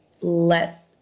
let